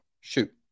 shoot